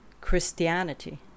Christianity